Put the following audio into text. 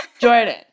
Jordan